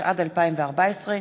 התשע"ד 2014,